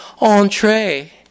Entree